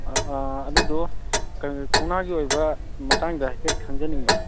ꯑꯗꯨꯗꯣ ꯀꯩꯅꯣ ꯀꯧꯅꯥꯒꯤ ꯑꯣꯏꯕ ꯃꯇꯥꯡꯗ ꯍꯥꯏꯐꯦꯠ ꯈꯪꯖꯅꯤꯡꯕ